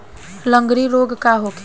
लगंड़ी रोग का होखे?